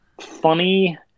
funny